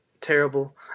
terrible